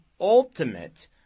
ultimate